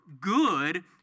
good